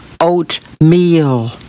oatmeal